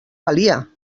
valia